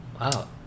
wow